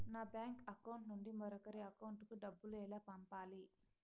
నా bank account నుండి మరొకరి అకౌంట్ కు డబ్బులు ఎలా పంపాలి